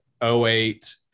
08